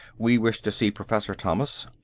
we wish to see professor thomas.